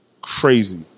Crazy